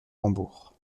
rambourg